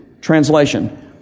Translation